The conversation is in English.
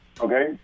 Okay